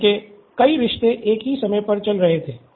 उनके कई रिश्ते एक ही समय पर चल रहे थे